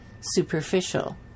superficial